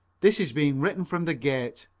this is being written from the gate.